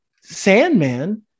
Sandman